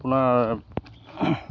আপোনাৰ